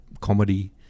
comedy